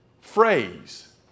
phrase